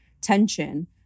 tension